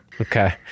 Okay